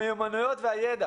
המיומנויות והידע